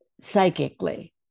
psychically